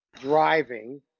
driving